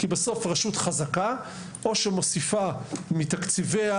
כי בסוף רשות חזקה - או שהיא מוסיפה מתקציביה,